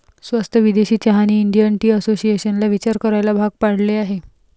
स्वस्त विदेशी चहाने इंडियन टी असोसिएशनला विचार करायला भाग पाडले आहे